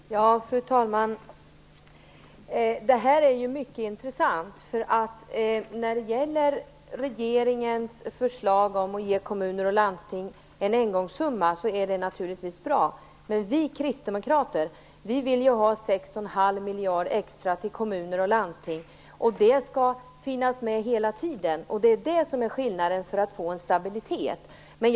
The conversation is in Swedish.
Fru talman! Det här är mycket intressant. Regeringens förslag om att ge kommuner och landsting en engångssumma är naturligtvis bra, men vi kristdemokrater vill ge 61⁄2 miljarder extra till kommuner och landsting, och det skall finnas med hela tiden. Det är det som är skillnaden för att få stabilitet.